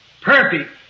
perfect